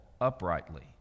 uprightly